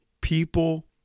people